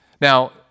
Now